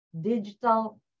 digital